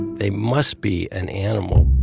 they must be an animal